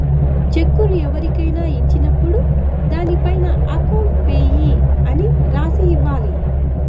చెక్కును ఎవరికైనా ఇచ్చినప్పుడు దానిపైన అకౌంట్ పేయీ అని రాసి ఇవ్వాలి